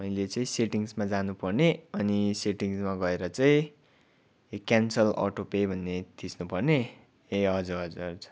मैले चै सेटिङ्समा जानु पर्ने अनि सेटिङ्समा गएर चाहिँ क्यान्सल अटो पे भन्ने थिच्नु पर्ने ए हजुर हजुर